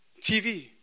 TV